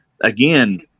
Again